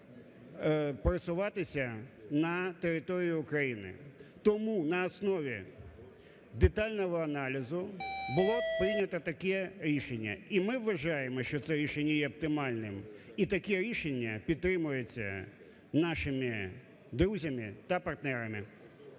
пересуватися на території України. Тому на основі детального аналізу було прийняте таке рішення. І ми вважаємо, що це рішення є оптимальним. І таке рішення підтримується нашими друзями та партнерами.